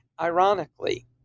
ironically